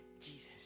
Jesus